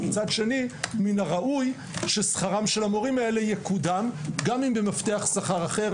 מצד שני מן הראוי ששכרם של המורים הללו יקודם גם אם במפתח שכר אחר.